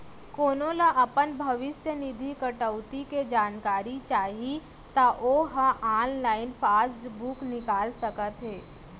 कोनो ल अपन भविस्य निधि कटउती के जानकारी चाही त ओ ह ऑनलाइन पासबूक निकाल सकत हे